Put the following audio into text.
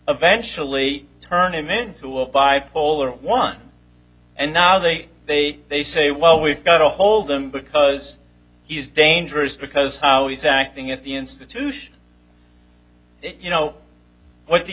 eventually turn him into a bipolar one and now they they they say well we've got to hold him because he's dangerous because he's acting at the institution you know what the